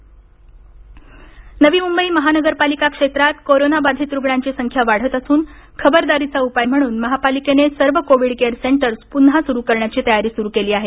नवी मुंबई आयुक्त नवी मुंबई महानगरपालिका क्षेत्रात कोरोना बाधित रूग्णांची संख्या वाढत असून खबरदारीचा उपाय म्हणून महापालिकेने सर्व कोविड केअर सेंटर पुन्हा सुरू करण्याची तयारी सुरू केली आहे